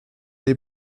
les